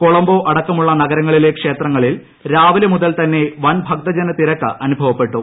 കൊളംബോ അടക്കമുള്ള നഗരങ്ങളിലെ ക്ഷേത്രങ്ങളിൽ രാവിലെ മുതൽ തന്നെ വൻ ഭക്തജനതിരക്ക് അനുഭവപ്പെട്ടു